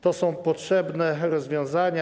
To są potrzebne rozwiązania.